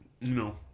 No